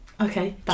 Okay